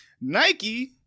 Nike